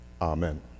Amen